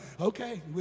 Okay